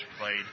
played